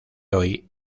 hoy